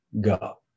go